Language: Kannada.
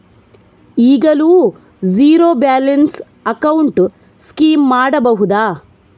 ಈಗಲೂ ಝೀರೋ ಬ್ಯಾಲೆನ್ಸ್ ಅಕೌಂಟ್ ಸ್ಕೀಮ್ ಮಾಡಬಹುದಾ?